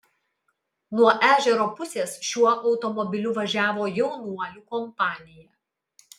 nuo ežero pusės šiuo automobiliu važiavo jaunuolių kompanija